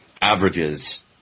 averages